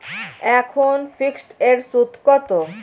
এখন ফিকসড এর সুদ কত?